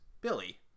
Billy